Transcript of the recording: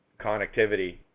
connectivity